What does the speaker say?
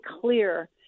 clear